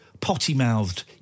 potty-mouthed